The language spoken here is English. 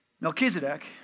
Melchizedek